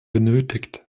benötigt